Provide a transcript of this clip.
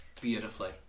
beautifully